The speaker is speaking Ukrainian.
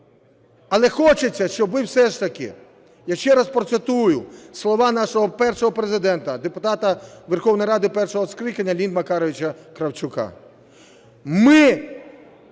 Але хочеться, щоб ви всі все ж таки… Я ще раз процитую слова нашого першого Президента, депутата Верховної Ради першого скликання Леоніда Макаровича Кравчука: